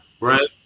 Right